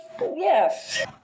Yes